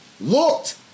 looked